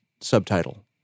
subtitle